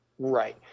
Right